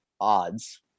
odds